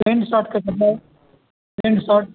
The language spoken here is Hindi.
पैन्ट सर्ट के कपड़े पैन्ट सर्ट